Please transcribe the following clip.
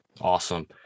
awesome